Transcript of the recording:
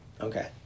Okay